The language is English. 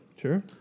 Sure